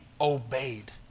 obeyed